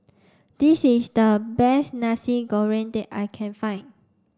this is the best Nasi Goreng that I can find